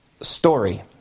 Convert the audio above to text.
story